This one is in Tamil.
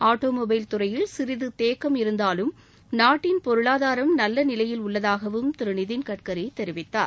ஆட்டோ மொள்பல் துறையில் சிறிது தேக்கம் இருந்தாலும் நாட்டின் பொருளாதாரம் நல்ல நிலையில் உள்ளதாகவும் திரு நிதின்கட்கரி தெரிவித்தார்